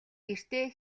гэртээ